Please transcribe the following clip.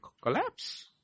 collapse